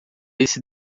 esse